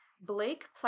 Blake